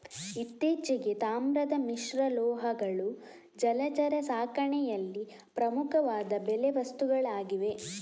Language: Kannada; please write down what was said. ಇತ್ತೀಚೆಗೆ, ತಾಮ್ರದ ಮಿಶ್ರಲೋಹಗಳು ಜಲಚರ ಸಾಕಣೆಯಲ್ಲಿ ಪ್ರಮುಖವಾದ ಬಲೆ ವಸ್ತುಗಳಾಗಿವೆ